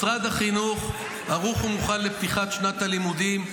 משרד החינוך ערוך ומוכן לפתיחת שנת הלימודים כסדרה,